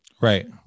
Right